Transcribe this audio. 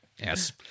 Yes